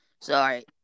Sorry